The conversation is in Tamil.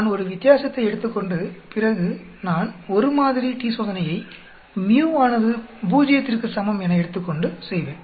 நான் ஒரு வித்தியாசத்தை எடுத்துக்கொண்டு பிறகு நான் ஒரு மாதிரி t சோதனையை mu ஆனது பூஜ்ஜியத்திற்கு சமம் என எடுத்துக்கொண்டு செய்வேன்